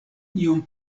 iom